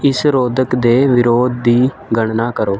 ਇਸ ਰੋਧਕ ਦੇ ਵਿਰੋਧ ਦੀ ਗਣਨਾ ਕਰੋ